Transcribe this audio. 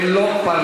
שלוש